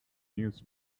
news